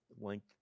Link